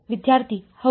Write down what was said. ವಿದ್ಯಾರ್ಥಿ ಹೌದು